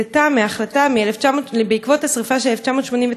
כשציטטה מההחלטה בעקבות השרפה של 1989,